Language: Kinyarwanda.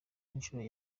inshuro